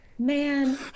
man